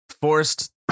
forced